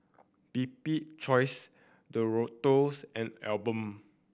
Bibik's Choice Doritos and Alpen